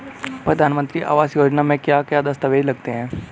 प्रधानमंत्री आवास योजना में क्या क्या दस्तावेज लगते हैं?